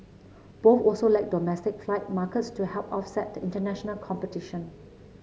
both also lack domestic flight markets to help offset the international competition